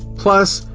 plus,